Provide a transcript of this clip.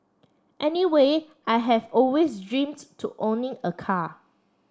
anyway I have always dreamt to owning a car